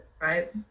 right